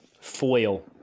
foil